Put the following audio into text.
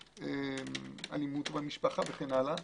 אלימות במשפחה וכן הלאה.